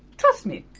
trust me!